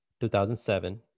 2007